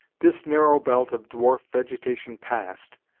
this narrow belt of dwarf vegetation passed,